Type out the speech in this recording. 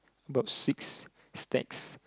about six stacks